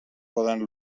poden